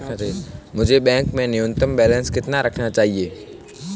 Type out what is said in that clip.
मुझे बैंक में न्यूनतम बैलेंस कितना रखना चाहिए?